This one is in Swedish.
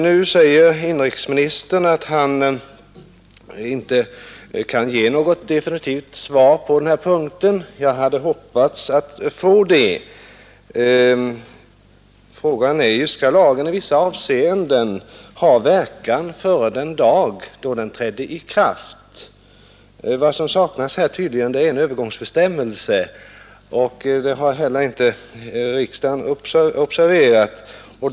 Nu säger inrikesministern att han inte kan ge något definitivt svar på denna punkt, vilket jag hade hoppats att få. Frågan är alltså om lagen i vissa avseenden skall ha verkan före den dag då den trädde i kraft. Vad som saknas här är tydligen en övergångsbestämmelse, vilket ingen, inte heller riksdagen, har observerat.